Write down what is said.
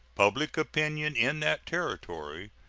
public opinion in that territory,